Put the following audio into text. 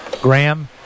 Graham